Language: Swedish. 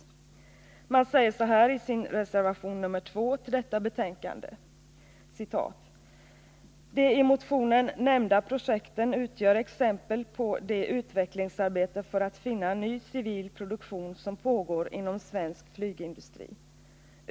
Socialdemokraterna säger så här i reservation 2 till detta betänkande: ”De i motionen nämnda projekten utgör exempel på det utvecklingsarbete för att finna ny, civil produktion som pågår inom svensk flygindustri.